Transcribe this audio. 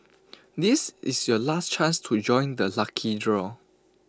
this is your last chance to join the lucky draw